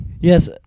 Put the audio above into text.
Yes